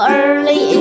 early